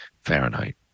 fahrenheit